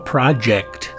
Project